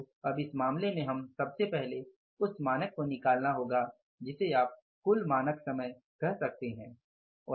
तो अब इस मामले में हमें सबसे पहले उस मानक को निकालना होगा जिसे आप कुल मानक समय कह सकते है